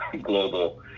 global